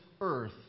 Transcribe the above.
earth